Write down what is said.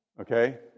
okay